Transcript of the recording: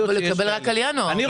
אבל הוא יקבל רק על ינואר.